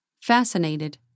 Fascinated